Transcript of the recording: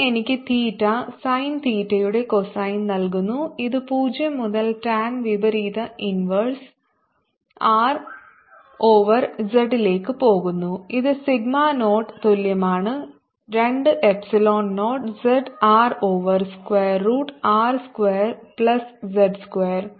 ഇത് എനിക്ക് theta sine തീറ്റയുടെ കോസൈൻ നൽകുന്നു ഇത് 0 മുതൽ ടാൻ വിപരീത ഇൻവെർസ് R ഓവർ z ലേക്ക് പോകുന്നു ഇത് സിഗ്മ0 തുല്യമാണ് 2 epsilon 0 z R over square root R square plus z square